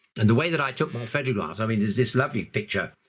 and the way that i took my photographs, i mean, there's this lovely picture,